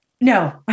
No